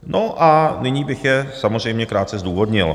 No a nyní bych je samozřejmě krátce zdůvodnil.